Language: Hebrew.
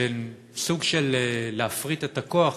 שהן סוג של להפריט את הכוח,